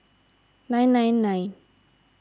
nine nine nine